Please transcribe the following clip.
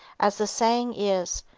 as the saying is,